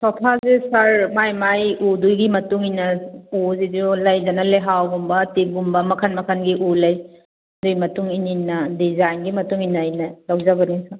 ꯁꯣꯐꯥꯁꯦ sir ꯃꯥꯒꯤ ꯃꯥꯒꯤ ꯎꯗꯨꯒꯤ ꯃꯇꯨꯡ ꯏꯟꯅ ꯎꯁꯤꯁꯨ ꯂꯩꯗꯅ ꯂꯩꯍꯥꯎꯒꯨꯝꯕ ꯇꯤꯛꯒꯨꯝꯕ ꯃꯈꯜ ꯃꯈꯜꯒꯤ ꯎ ꯂꯩ ꯑꯗꯨꯒꯤ ꯃꯇꯨꯡ ꯏꯟ ꯏꯟꯅ ꯗꯤꯖꯥꯏꯟꯒꯤ ꯃꯇꯨꯡ ꯏꯟꯅ ꯑꯩꯅ ꯂꯧꯖꯕꯅꯤ ꯁꯔ